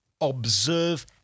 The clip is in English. observe